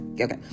okay